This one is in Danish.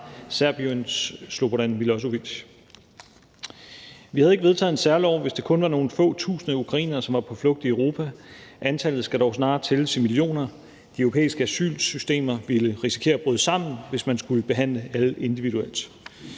Serbiens Slobodan Milošević. Vi havde ikke vedtaget en særlov, hvis det kun var nogle få tusind ukrainere, som var på flugt i Europa – antallet skal dog snarere tælles i millioner. De europæiske asylsystemer ville risikere at bryde sammen, hvis man skulle behandle alle individuelt.